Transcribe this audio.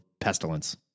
Pestilence